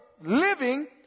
living